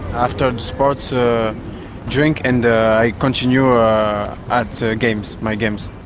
after sports ah drink and i continue at so games, my games.